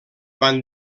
van